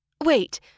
Wait